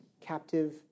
Captive